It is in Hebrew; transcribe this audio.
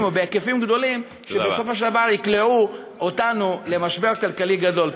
או בהיקפים גדולים שבסופו של דבר יקלעו אותנו למשבר כלכלי גדול.